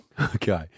Okay